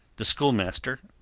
the schoolmaster,